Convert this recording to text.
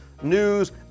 news